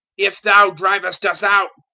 if thou drivest us out,